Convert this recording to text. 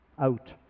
out